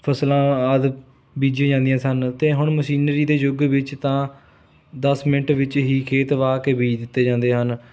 ਫਸਲਾਂ ਆਦਿ ਬੀਜੀਆਂ ਜਾਂਦੀਆਂ ਸਨ ਅਤੇ ਹੁਣ ਮਸ਼ੀਨਰੀ ਦੇ ਯੁੱਗ ਵਿੱਚ ਤਾਂ ਦਸ ਮਿੰਟ ਵਿੱਚ ਹੀ ਖੇਤ ਵਾਹ ਕੇ ਬੀਜ ਦਿੱਤੇ ਜਾਂਦੇ ਹਨ